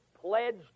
pledged